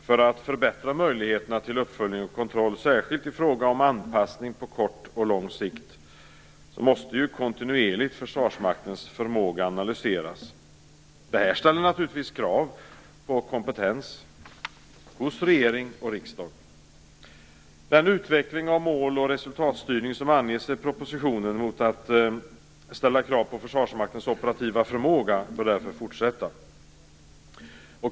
För att förbättra möjligheterna till uppföljning och kontroll, särskilt i fråga om anpassning på kort och lång sikt, måste Försvarsmaktens förmåga kontinuerligt analyseras. Detta ställer naturligtvis krav på kompetens hos regering och riksdag. Den utveckling av mål och resultatstyrning som anges i propositionen mot att ställa krav på Försvarsmaktens operativa förmåga bör därför fortsätta.